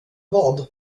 vad